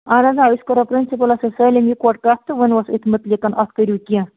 اَہَن حظ آ أسۍ کَرو پرٛنسِپُلَس سۭتۍ سٲلِم اِکہِ وَٹہٕ کَتھ تہٕ وَنٕہوس أتھۍ مُتعلقَن اَتھ کٔرِو کیٚنٛہہ